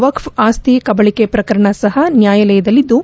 ವಕ್ಕೆ ಆಸ್ತಿ ಕಬಳಕೆ ಪ್ರಕರಣ ಸಹ ನ್ಯಾಯಾಲಯದಲ್ಲಿದ್ದು